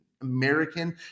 american